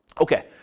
Okay